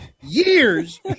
years